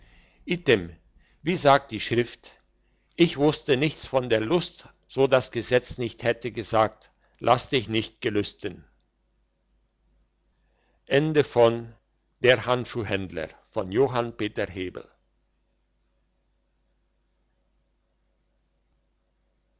wie sagt die schrift ich wusste nichts von der lust so das gesetz nicht hätte gesagt lass dich nicht gelüsten